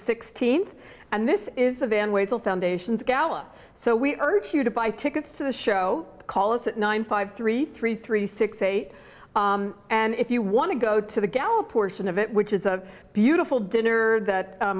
sixteenth and this is the van way the foundation's gala so we urge you to buy tickets to the show call us at nine five three three three six eight and if you want to go to the gallup portion of it which is a beautiful dinner that